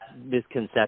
misconception